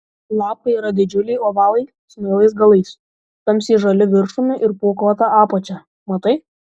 lapai yra didžiuliai ovalai smailais galais tamsiai žaliu viršumi ir pūkuota apačia matai